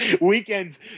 weekends